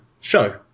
show